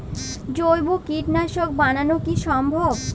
জৈব কীটনাশক বানানো কি সম্ভব?